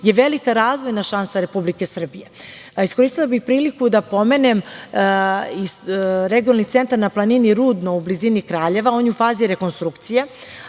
je velika razvojna šansa Republike Srbije. Iskoristila bih priliku da pomenem i regionalni centar na planini Rudno u blizini Kraljeva, on je u fazi rekonstrukcije,